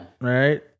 right